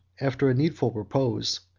after a needful repose,